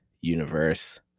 universe